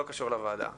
לא קשור לוועדה הזאת.